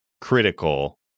critical